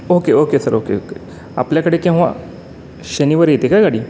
okay okay sir okay okay आपल्याकडे केव्हा शनिवारी येते का गाडी